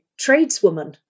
tradeswoman